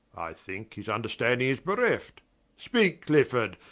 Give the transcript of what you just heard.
thinke his vnderstanding is bereft speake clifford,